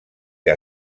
que